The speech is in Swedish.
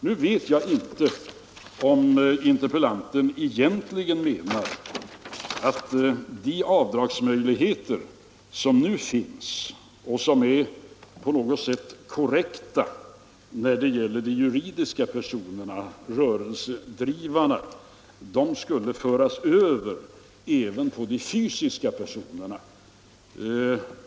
Jag vet inte om interpellanten egentligen menar att de avdragsmöjligheter som nu finns och som är på något sätt korrekta när det gäller de juridiska personerna, dvs. rörelsedrivarna, skulle föras över även på de fysiska personerna.